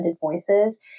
voices